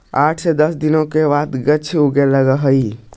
आठ से दस दिन में भाँग के गाछ उगे लगऽ हइ